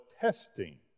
testing